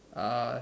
uh